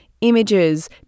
images